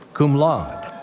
cum laude,